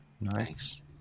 Nice